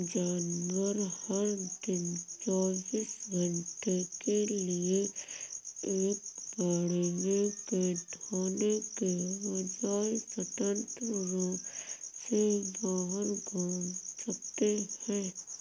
जानवर, हर दिन चौबीस घंटे के लिए एक बाड़े में कैद होने के बजाय, स्वतंत्र रूप से बाहर घूम सकते हैं